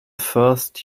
first